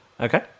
Okay